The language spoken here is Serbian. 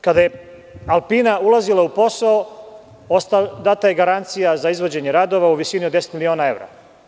Kada je „Alpina“ ulazila u posao data je garancija za izvođenje radova u visini od 10 miliona evra.